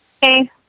Hey